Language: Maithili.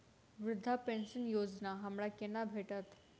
वृद्धा पेंशन योजना हमरा केना भेटत?